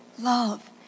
love